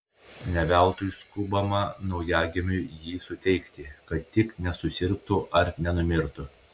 ne veltui skubama naujagimiui jį suteikti kad tik nesusirgtų ar nenumirtų